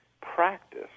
practice